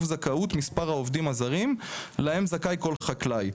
זכאות מספר העובדים הזרים להם זכאי כל חקלאי.